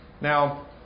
Now